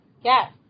Yes